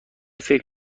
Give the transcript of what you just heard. فکر